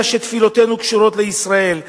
אלא שתפילותינו קשורות לישראל,